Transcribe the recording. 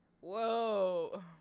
Whoa